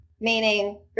meaning